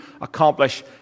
accomplish